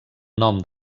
nom